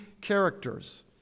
characters